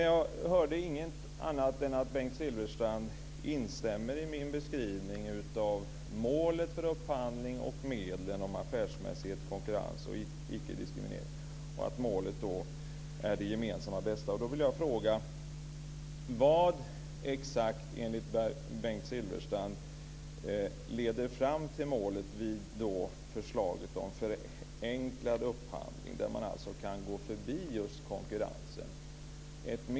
Jag hörde inget annat än att Bengt Silfverstrand instämde i min beskrivning av målen för upphandlingen och medlen affärsmässighet, konkurrens och icke-diskriminering. Målet är det gemensamma bästa. Vad exakt i förslaget om förenklad upphandling leder fram till målet, enligt Bengt Silfverstrand? Där kan man gå förbi just konkurrensen.